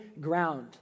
ground